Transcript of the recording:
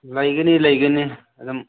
ꯂꯩꯒꯅꯤ ꯂꯩꯒꯅꯤ ꯑꯗꯨꯝ